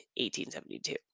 1872